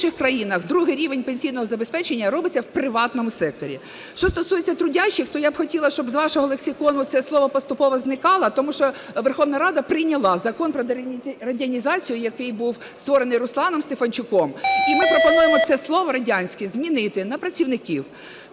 В інших країнах другий рівень пенсійного забезпечення робиться в приватному секторі. Що стосується "трудящих", то я б хотіла, щоб з вашого лексикону це слово поступово зникало, тому що Верховна Рада прийняла Закон про дерадянізацію, який був створений Русланом Стефанчуком, і ми пропонуємо це слово радянське змінити на "працівників".